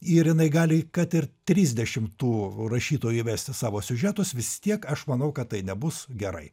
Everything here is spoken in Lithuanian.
ir jinai gali kad ir trisdešimt tų rašytojų įvest į savo siužetus vis tiek aš manau kad tai nebus gerai